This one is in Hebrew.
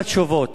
כל התשובות,